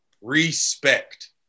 respect